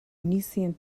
nicene